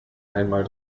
einmal